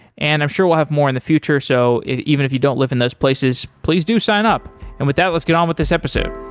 and i'm sure we'll have more in the future, so even if you don't live in those places, please do sign up and with that, let's get on with this episode